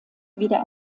wieder